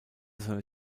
seine